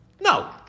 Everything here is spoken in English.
No